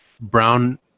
brown